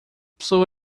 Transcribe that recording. pessoa